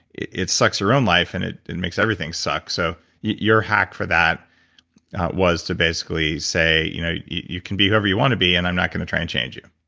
it sucks your own life and it and makes everything suck. so your hack for that was to basically say you know you can be whoever you want to be, and i'm not going to try and change you.